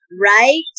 Right